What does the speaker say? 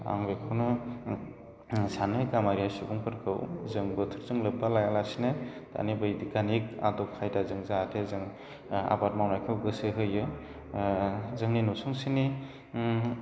आं बेखौनो सानो खामारिया सुबुंफोरखौ जों बोथोरजों लोब्बा लाया लासिनो दानि बै बिग्यानिक आदब खायदाजों जाहाथे जों आबाद मावनायखौ गोसो होयो जोंनि नुसुंसेनि